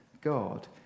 God